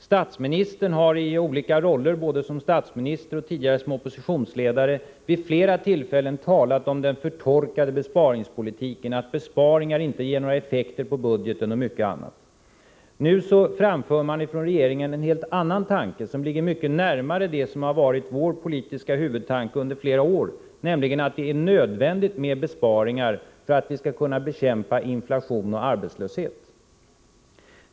Statsministern har i olika roller — både som statsminister och tidigare som oppositionsledare — vid flera tillfällen talat om den förtorkade besparingspolitiken och sagt att besparingar inte ger några effekter på budgeten, och mycket annat. Nu framför man från regeringen en helt annan tanke, som ligger mycket närmare det som har varit vår politiska huvudtanke under flera år, nämligen att det är nödvändigt med besparingar för att vi skall kunna bekämpa inflation och arbetslöshet.